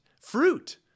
fruit